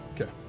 Okay